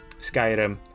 Skyrim